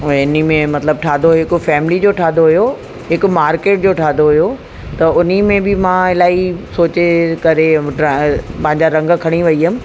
पोइ इन्ही में मतिलबु ठाहियो हिकु फ़ेमिली जो ठाहियो हुयो हिकु मार्केट जो ठाहियो हुयो त उन्ही में बि मां इलाही सोचे करे ड्र पंहिंजा रंग खणी वई हुअमि